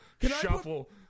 shuffle